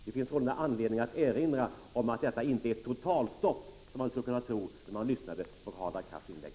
Det finns således anledning att erinra om att det inte handlar om något totalstopp, vilket man kunde tro när man lyssnade till Hadar Cars inlägg.